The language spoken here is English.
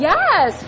Yes